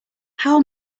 how